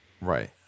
right